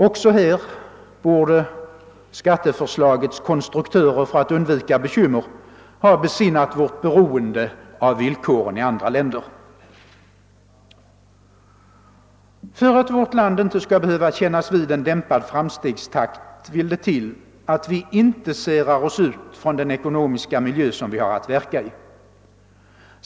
Också här borde skatteförslagets konstruktörer, för att undvika bekymmer, ha besinnat vårt beroende av villkoren i andra länder. För att vårt land inte skall behöva kännas vid en dämpad framstegstakt vill det till alt vi inte särar oss ut från len ekonomiska miljö som vi har ait verka i.